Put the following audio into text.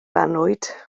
annwyd